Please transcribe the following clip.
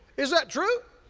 is that true?